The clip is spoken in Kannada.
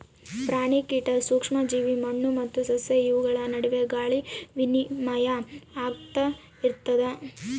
ಪ್ರಾಣಿ ಕೀಟ ಸೂಕ್ಷ್ಮ ಜೀವಿ ಮಣ್ಣು ಮತ್ತು ಸಸ್ಯ ಇವುಗಳ ನಡುವೆ ಗಾಳಿ ವಿನಿಮಯ ಆಗ್ತಾ ಇರ್ತದ